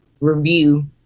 review